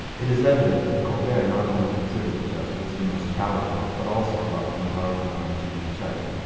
it is evident that colbert not only considered the jesuits the most powerful, but also thought them powerful enough to need a check.